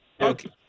Okay